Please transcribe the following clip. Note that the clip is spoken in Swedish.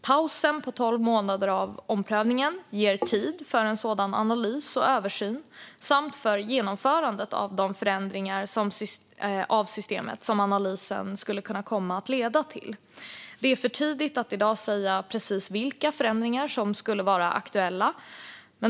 Pausen på tolv månader av omprövningen ger tid för sådan analys och översyn samt för genomförandet av de förändringar av systemet som analysen skulle kunna komma att leda till. Det är för tidigt att i dag säga precis vilka förändringar som skulle vara aktuella.